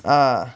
ah